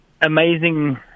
amazing